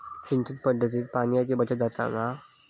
सिंचन पध्दतीत पाणयाची बचत जाता मा?